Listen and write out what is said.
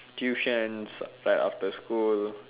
tuitions right after school